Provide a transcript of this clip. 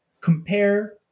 compare